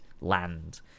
land